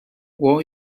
were